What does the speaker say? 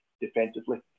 defensively